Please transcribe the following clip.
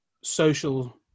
social